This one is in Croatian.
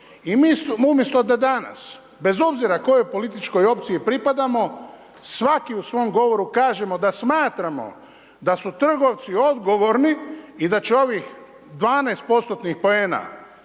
I umjesto da danas bez obzira kojoj političkoj opciji pripadamo, svaki u svom govoru kažemo da smatramo da su trgovci odgovorni i da će ovih 12%-tnih poena